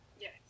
Yes